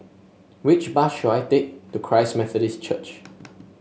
which bus should I take to Christ Methodist Church